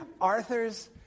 Arthur's